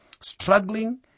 struggling